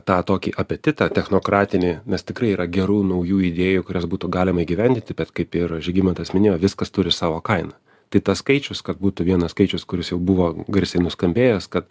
tą tokį apetitą technokratinį nes tikrai yra gerų naujų idėjų kurias būtų galima įgyvendinti bet kaip ir žygimantas minėjo viskas turi savo kainą tai tas skaičius kad būtų vienas skaičius kuris jau buvo garsiai nuskambėjęs kad